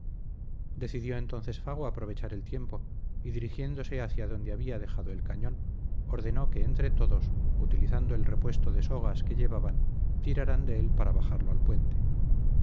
decidió entonces fago aprovechar el tiempo y dirigiéndose hacia donde había dejado el cañón ordenó que entre todos utilizando el repuesto de sogas que llevaban tiraran de él para bajarlo al puente